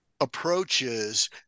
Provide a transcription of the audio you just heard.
approaches